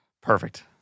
Perfect